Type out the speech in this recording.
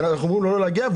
שאומרים לו לא להגיע,